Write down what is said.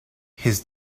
his